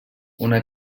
una